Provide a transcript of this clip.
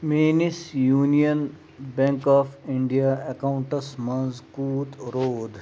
میٲنِس Union Bank of India اکاونٹَس منٛز کوٗت روٗد